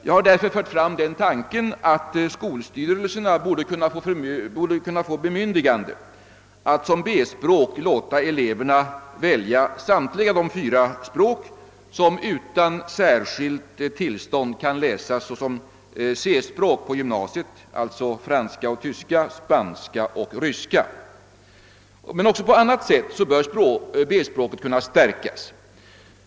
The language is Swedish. Jag har därför fört fram tanken att skolstyrelserna borde kunna få bemyndigande att som B-språk låta eleverna välja samtliga de fyra språk som utan särskilt tillstånd kan läsas såsom &C språk på gymnasiet, alltså franska, tyska, spanska och ryska. Men också på annat sätt bör B-språket kunna stärkas.